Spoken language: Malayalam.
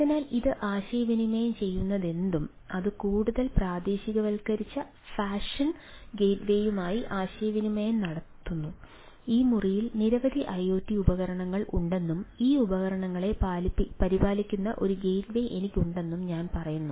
അതിനാൽ അത് ആശയവിനിമയം ചെയ്യുന്നതെന്തും അത് കൂടുതൽ പ്രാദേശികവൽക്കരിച്ച ഫാഷൻ ഗേറ്റ്വേയുമായി ആശയവിനിമയം നടത്തുന്നു ഈ മുറിയിൽ നിരവധി ഐഒടി ഉപകരണങ്ങൾ ഉണ്ടെന്നും ഈ ഉപകരണങ്ങളെ പരിപാലിക്കുന്ന ഒരു ഗേറ്റ്വേ എനിക്കുണ്ടെന്നും ഞാൻ പറയുന്നു